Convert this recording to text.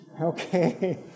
Okay